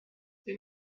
cui